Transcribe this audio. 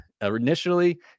initially